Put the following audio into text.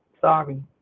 Sorry